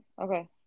okay